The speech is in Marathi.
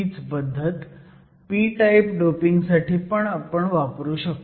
हीच पद्धत p टाईप डोपिंगसाठी पण वापरू शकतो